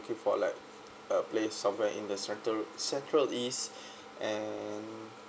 looking for like a place somewhere in the central central east and